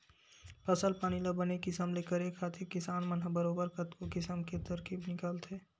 फसल पानी ल बने किसम ले करे खातिर किसान मन ह बरोबर कतको किसम के तरकीब निकालथे